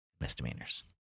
misdemeanors